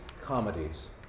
comedies